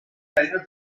είπε